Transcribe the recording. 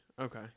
Okay